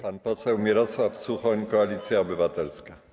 Pan poseł Mirosław Suchoń, Koalicja Obywatelska.